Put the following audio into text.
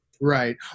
Right